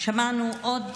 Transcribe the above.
שמענו עוד